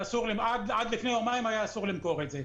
עד לפני יומיים היה אסור למכור את זה.